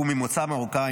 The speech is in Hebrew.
הוא ממוצא מרוקאי,